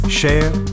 share